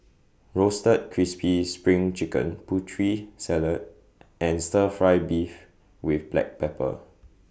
Roasted Crispy SPRING Chicken Putri Salad and Stir Fry Beef with Black Pepper